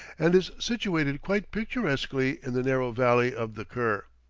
and is situated quite picturesquely in the narrow valley of the kur.